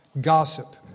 gossip